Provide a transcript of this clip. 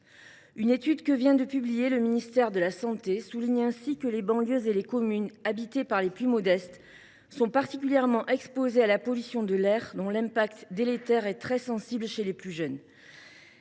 Une étude que vient de publier le ministère de la santé souligne ainsi que les banlieues et les communes habitées par les plus modestes sont particulièrement exposées à la pollution de l’air, dont l’impact délétère est très sensible chez les plus jeunes.